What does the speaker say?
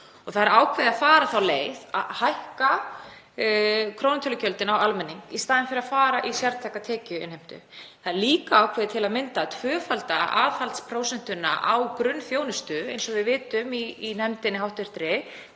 og það er ákveðið að fara þá leið að hækka krónutölugjöldin á almenning í staðinn fyrir að fara í sértæka tekjuinnheimtu. Það er líka ákveðið til að mynda að tvöfalda aðhaldsprósentuna á grunnþjónustu eins og við vitum í hv. nefnd, til